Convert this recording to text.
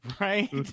Right